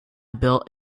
built